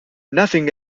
nothing